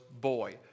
Boy